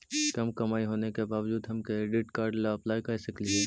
कम कमाई होने के बाबजूद हम क्रेडिट कार्ड ला अप्लाई कर सकली हे?